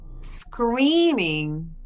screaming